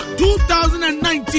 2019